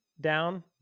down